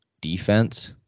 defense